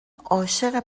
عاشق